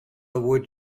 wood